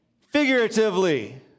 Figuratively